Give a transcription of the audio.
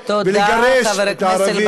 ולגרש את הערבים,